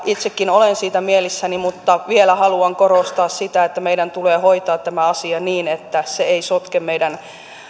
itsekin olen siitä mielissäni mutta vielä haluan korostaa sitä että meidän tulee hoitaa tämä asia niin että se ei sotke meidän